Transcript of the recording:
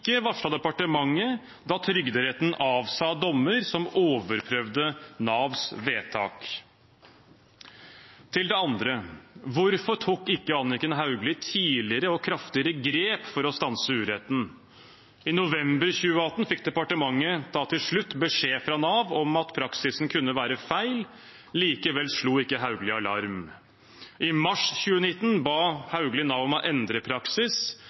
departementet da Trygderetten avsa dommer som overprøvde Navs vedtak. Til det andre: Hvorfor tok ikke Anniken Hauglie tidligere og kraftigere grep for å stanse uretten? I november 2018 fikk departementet til slutt beskjed fra Nav om at praksisen kunne være feil. Likevel slo ikke statsråden alarm. I mars 2019 ba statsråden Nav om å endre praksis,